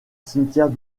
cimetière